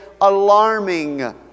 alarming